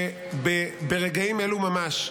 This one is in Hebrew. ברגעים אלו ממש,